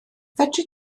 fedri